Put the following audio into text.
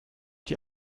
die